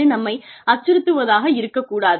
அது நம்மை அச்சுறுத்துவதாக இருக்கக் கூடாது